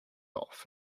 off